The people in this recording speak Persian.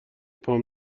پام